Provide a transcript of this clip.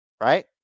Right